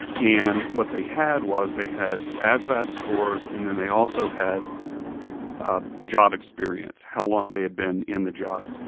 and what they had was they had asvab scores and then they also had ah job experience, how long they had been in the job.